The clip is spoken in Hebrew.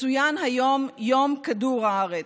מצוין היום יום כדור הארץ.